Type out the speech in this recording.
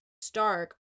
stark